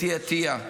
אתי עטייה,